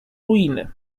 ruiny